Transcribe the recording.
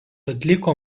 atliko